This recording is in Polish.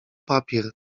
papier